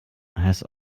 has